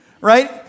right